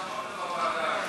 בוועדה.